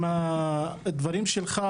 עם הדברים שלך,